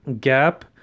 Gap